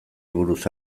buruz